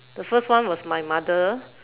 the first one was my mother